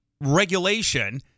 regulation